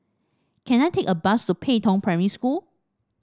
can I take a bus to Pei Tong Primary School